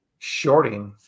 shorting